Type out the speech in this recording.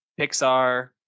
Pixar